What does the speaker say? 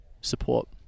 support